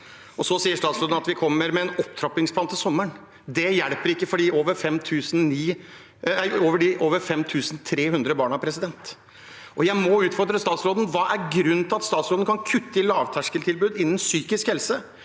Så sier statsråden at man kommer med en opptrappingsplan til sommeren. Det hjelper ikke for de over 5 300 barna. Jeg må utfordre statsråden: Hva er grunnen til at statsråden kan kutte i lavterskeltilbud innen psykisk helse,